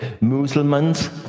Muslims